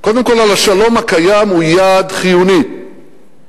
קודם כול על השלום הקיים, היא יעד חיוני שלנו.